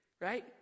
Right